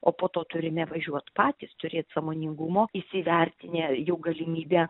o po to turime važiuot patys turėt sąmoningumo įsivertinę jų galimybę